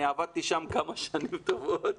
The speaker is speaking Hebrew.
אני עבדתי שם כמה שנים טובות,